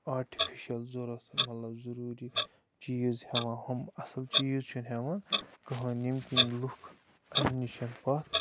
artificial زورو سۭتۍ مطلب ضٔروٗری چیٖز ہٮ۪وان ہُم اَصٕل چیٖز چھِنہٕ ہٮ۪وان کٕہیٖنۍ ییٚمہِ کِن لُکھ امہِ نِش پَتھ